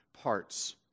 parts